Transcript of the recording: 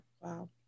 Wow